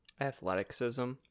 Athleticism